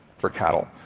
for cattle,